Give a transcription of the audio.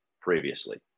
previously